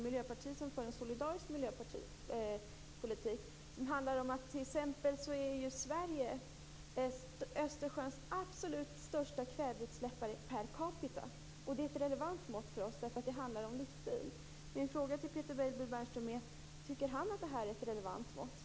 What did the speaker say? Miljöpartiets som vill föra en solidarisk miljöpolitik. Sverige är Östersjöns absolut största kväveutsläppare per capita. Det är ett relevant mått för oss, för det handlar om livsstil. Min fråga till Peter Weibull Bernström är om han tycker att det är ett relevant mått.